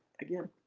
again